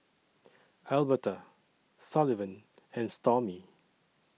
Elberta Sullivan and Stormy